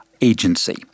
agency